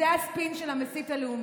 זה הספין של המסית הלאומי.